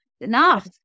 enough